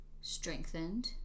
strengthened